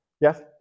Yes